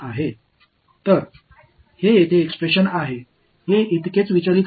எனவே அதுதான் இங்கே வெளிப்பாடு